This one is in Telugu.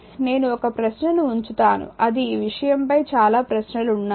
కాబట్టి నేను ఒక ప్రశ్నను ఉంచుతాను అది ఈ విషయంపై చాలా ప్రశ్నలు ఉన్నాయి